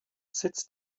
sitz